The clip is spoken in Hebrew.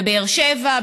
בבאר שבע,